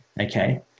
Okay